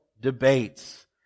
debates